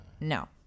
no